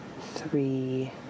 Three